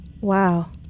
Wow